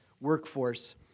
workforce